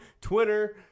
Twitter